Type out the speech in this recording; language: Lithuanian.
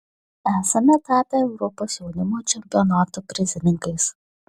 esame tapę europos jaunimo čempionato prizininkais